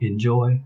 Enjoy